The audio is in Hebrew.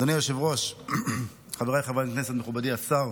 אדוני היושב-ראש, חבריי חברי הכנסת, מכובדי השר,